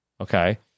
Okay